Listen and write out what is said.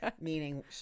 meaning